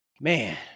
man